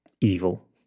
evil